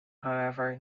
however